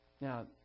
Now